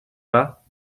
pas